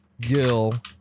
Gil